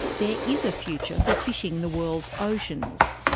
there is a future for fishing the world's oceans.